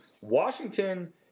Washington